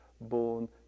born